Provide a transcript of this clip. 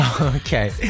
Okay